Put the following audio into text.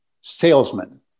salesmen